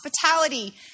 hospitality